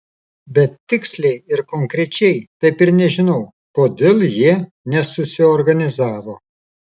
bet tiksliai ir konkrečiai taip ir nežinau kodėl jie nesusiorganizavo